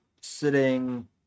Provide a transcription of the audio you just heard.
sitting